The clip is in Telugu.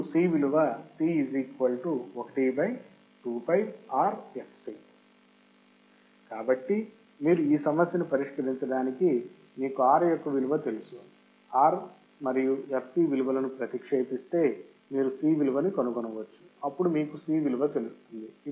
అప్పుడు C విలువ కాబట్టి మీరు ఈ సమస్యని పరిష్కరించడానికి మీకు R యొక్క విలువ తెలుసు R మరియు fc విలువలని ప్రతిక్షేపిస్తే మీరు C విలువని కనుగొనవచ్చు అప్పుడు మీకు C విలువ తెలుస్తుంది